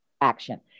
action